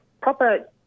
proper